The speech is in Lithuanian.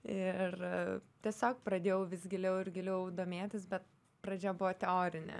ir tiesiog pradėjau vis giliau ir giliau domėtis bet pradžia buvo teorinė